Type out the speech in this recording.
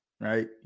right